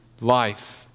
life